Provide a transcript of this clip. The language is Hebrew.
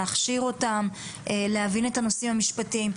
להכשיר אותם להבין את הנושאים המשפטיים,